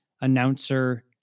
announcer